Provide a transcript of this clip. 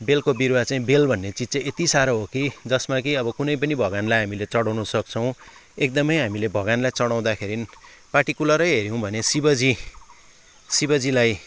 बेलको बिरुवा चाहँ बेल भन्ने चिज चाहिँ यत्ति साह्रो हो कि जसमा कि अब कुनै पनि भगवानलाई हामीले चढाउनु सक्छौँ एकदमै हामीले भगवानलाई चढाउँदाखेरि पार्टिकुलरै हेऱ्यौँ भने शिवजी शिवजीलाई